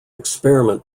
experiment